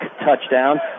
touchdown